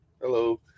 Hello